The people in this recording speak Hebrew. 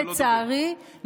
לצערי,